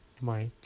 Mike